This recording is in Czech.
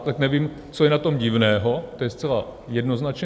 Tak nevím, co je na tom divného, to je zcela jednoznačné.